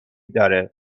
داره